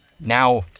now